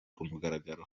kumugaragaro